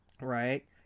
Right